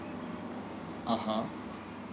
a'ah